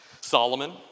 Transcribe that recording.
Solomon